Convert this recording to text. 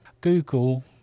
google